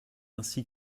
ainsi